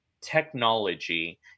technology